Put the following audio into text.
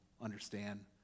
understand